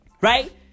Right